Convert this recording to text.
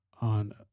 on